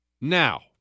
Now